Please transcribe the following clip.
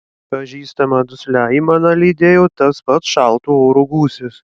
pažįstamą duslią aimaną lydėjo tas pats šalto oro gūsis